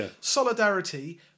Solidarity